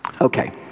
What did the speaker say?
Okay